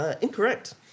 Incorrect